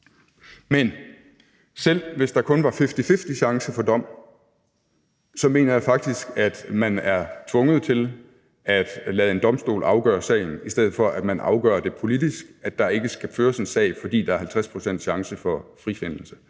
Men selv hvis der kun var fifty-fifty chance for en domfældelse, mener jeg faktisk, at man er tvunget til at lade en domstol afgøre sagen, i stedet for at man afgør politisk, at der ikke skal føres en sag, fordi der er 50 pct. chance for frifindelse.